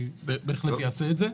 אני בהחלט אעשה את זה.